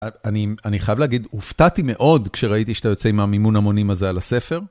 אני חייב להגיד, הופתעתי מאוד כשראיתי שאתה יוצא עם המימון המונים הזה על הספר.